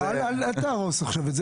לא, אל תהרוס את זה עכשיו.